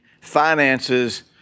finances